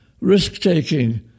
Risk-taking